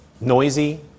noisy